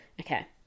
Okay